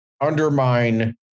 undermine